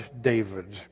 David